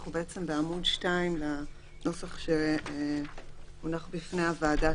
אנחנו בעמוד 2 לנוסח שהונח בפני הוועדה,